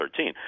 2013